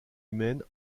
humaines